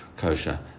kosher